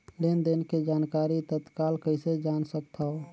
लेन देन के जानकारी तत्काल कइसे जान सकथव?